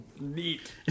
Neat